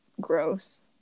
gross